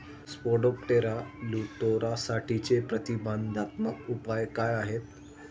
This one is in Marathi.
स्पोडोप्टेरा लिट्युरासाठीचे प्रतिबंधात्मक उपाय काय आहेत?